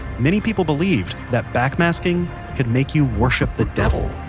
many people believed that backmasking could make you worship the devil